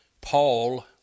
Paul